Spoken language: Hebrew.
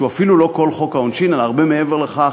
שהוא אפילו לא כל חוק העונשין אלא הרבה מעבר לכך,